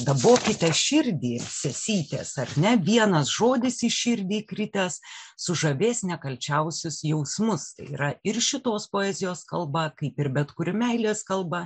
dabokite širdį sesytės ar ne vienas žodis į širdį įkritęs sužavės nekalčiausius jausmus tai yra ir šitos poezijos kalba kaip ir bet kuri meilės kalba